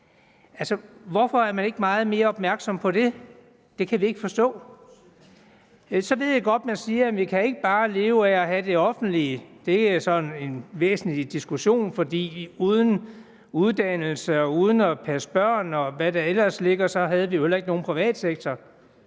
hvorfor er man ikke meget mere opmærksom på det? Det kan vi ikke forstå. Så ved jeg godt, man siger, at vi ikke bare kan leve af at have det offentlige. Det er sådan en væsentlig diskussion, for uden uddannelse og uden at passe børn, og hvad der ellers ligger, så havde vi jo heller ikke nogen privat sektor.